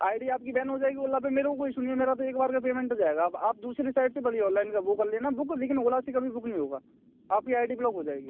I D आपकी ban हो जाएगी ओला पर मेरे को कोई इशू नहीं है मेरा तो एक बार का पेमेंट जाएगा अब आप दूसरी साइड से बड़ी ऑनलाइन का वह कर लेना बुक लेकिन ओला से कभी बुक नहीं होगा आपकी आई डी ब्लॉक हो जाएगी